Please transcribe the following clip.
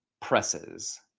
presses